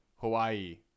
Hawaii